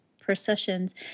processions